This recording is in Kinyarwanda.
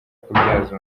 kubyaza